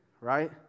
Right